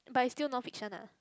but is still non fiction ah